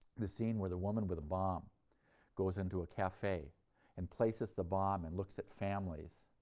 the scene where the woman with a bomb goes into a cafe and places the bomb and looks at families,